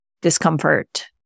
discomfort